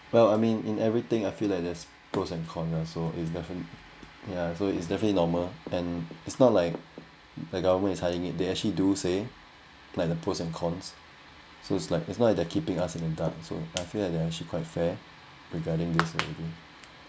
well I mean in everything I feel like there's pros and con lah so is defini~ so is definitely normal and it's not like the government is hiding it they actually do say like the pros and cons so it's like it's not they're keeping us in a dance so I feel like they are actually quite fair regarding this already